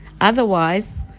Otherwise